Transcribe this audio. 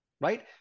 right